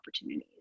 opportunities